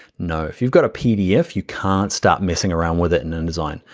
no, if you've got a pdf, you can't start messing around with it in indesign.